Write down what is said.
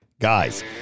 Guys